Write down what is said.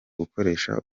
gukoresha